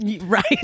Right